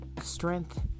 Strength